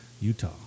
Utah